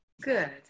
Good